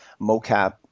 mocap